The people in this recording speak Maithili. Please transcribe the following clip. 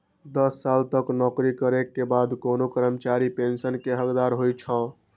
दस साल तक नौकरी करै के बाद कोनो कर्मचारी पेंशन के हकदार होइ छै